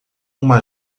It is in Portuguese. uma